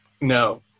No